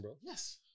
Yes